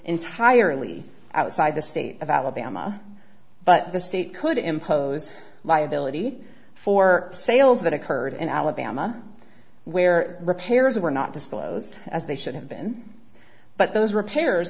entirely outside the state of alabama but the state could impose liability for sales that occurred in alabama where repairs were not disclosed as they should have been but those repairs